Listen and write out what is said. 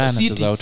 city